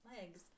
legs